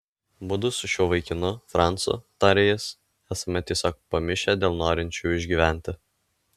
mudu su šiuo vaikinu francu tarė jis esame tiesiog pamišę dėl norinčiųjų išgyventi